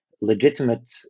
legitimate